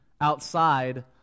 outside